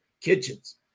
Kitchens